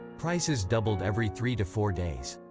prices doubled every three to four days.